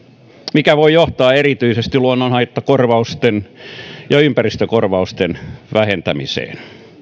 mikä voi johtaa erityisesti luonnonhaittakorvausten ja ympäristökorvausten vähentämiseen